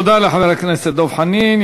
תודה לחבר הכנסת דב חנין.